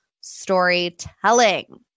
storytelling